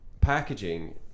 packaging